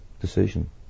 decision